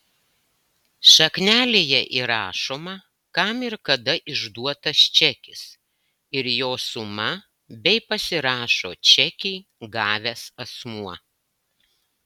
šaknelėje įrašoma kam ir kada išduotas čekis ir jo suma bei pasirašo čekį gavęs asmuo